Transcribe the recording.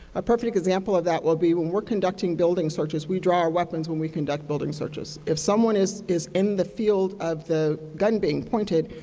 a perfect example of that will be when we are conducting building searches, we draw our weapons when we conduct building searches. if someone is is in the field of the gun being pointed,